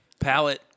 Palette